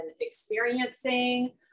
experiencing